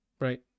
right